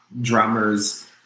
drummers